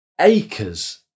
acres